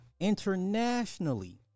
Internationally